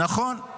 נכון.